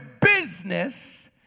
business